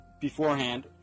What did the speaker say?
beforehand